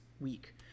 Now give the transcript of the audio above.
week